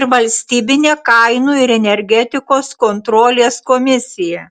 ir valstybinė kainų ir energetikos kontrolės komisija